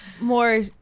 More